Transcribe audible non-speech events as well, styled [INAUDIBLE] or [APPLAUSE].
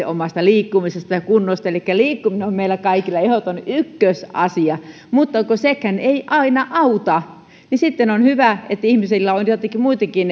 [UNINTELLIGIBLE] omasta liikkumisestaan ja kunnostaan elikkä liikkuminen on meillä kaikilla ehdoton ykkösasia mutta kun sekään ei aina auta niin sitten on hyvä että ihmisillä on joitakin muitakin [UNINTELLIGIBLE]